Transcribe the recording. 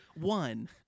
one